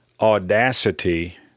audacity